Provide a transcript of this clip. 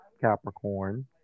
Capricorn